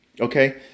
Okay